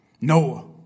Noah